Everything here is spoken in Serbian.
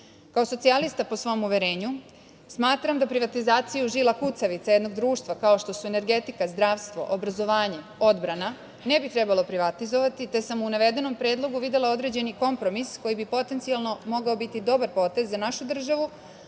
socijalista po svom uverenju, smatram da privatizaciju žila kucavica jednog društva kao što su energetika, zdravstvo, obrazovanje, odbrana, ne bi trebalo privatizovati, te sam u navedenom predlogu videla određeni kompromis koji bi potencijalno mogao biti dobar potez za našu državu,